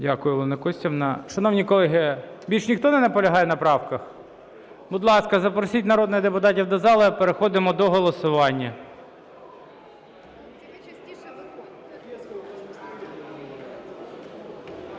Дякую, Олена Костівна. Шановні колеги, більше ніхто не наполягає на правках? Будь ласка, запросіть народних депутатів до зали. Переходимо до голосування.